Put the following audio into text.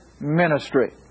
ministry